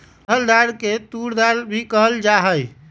अरहर दाल के तूर दाल भी कहल जाहई